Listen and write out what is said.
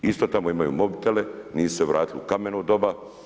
Isto tamo imaju mobitele, nisu se vratili u kameno doba.